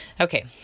okay